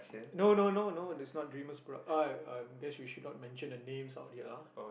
no no no no there's not dreamers product I I guess we should not mention the names out here ah